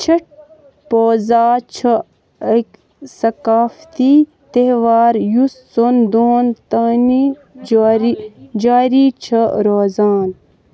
چھِٹھ پوٗزا چھُ أکۍ ثقافتی تہوار یُس ژۄن دۄہن تانی جٲری جاری چھُ روزان